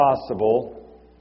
possible